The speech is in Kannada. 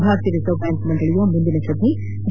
ಭಾರತೀಯ ರಿಸರ್ವ್ ಬ್ಯಾಂಕ್ ಮಂಡಳಿಯ ಮುಂದಿನ ಸಭೆ ಡಿ